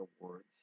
Awards